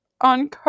on